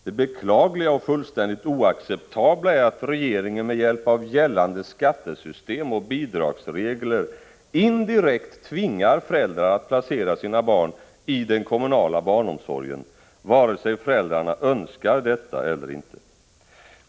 Det beklagliga och fullständigt oacceptabla är att regeringen med hjälp av gällande skattesystem och bidragsregler indirekt tvingar föräldrar att placera sina barn i den kommunala barnomsorgen, vare sig föräldrarna önskar detta eller inte.